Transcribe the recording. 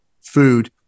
food